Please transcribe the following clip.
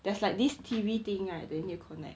there's like this T_V thing right that you need to connect